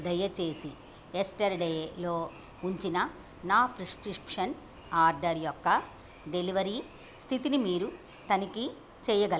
దయచేసి యస్టర్డేలో ఉంచిన నా ప్రిస్క్రిప్షన్ ఆర్డర్ యొక్క డెలివరీ స్థితిని మీరు తనిఖీ చెయ్యగ